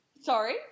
Sorry